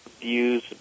views